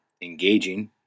engaging